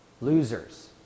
losers